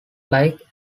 like